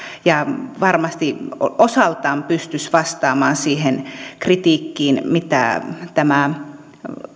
ja varmasti osaltaan pystyisi vastaamaan siihen kritiikkiin mitä tämä